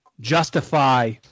justify